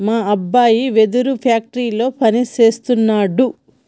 మా అబ్బాయి వెదురు ఫ్యాక్టరీలో పని సేస్తున్నాడు